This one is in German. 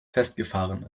festgefahren